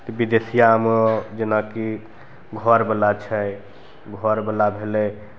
तऽ विदेसियामे जेनाकि घरवला छै घरवला भेलय